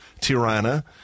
Tirana